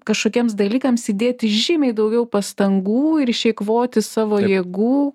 kažkokiems dalykams įdėti žymiai daugiau pastangų ir išeikvoti savo jėgų